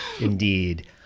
indeed